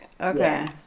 okay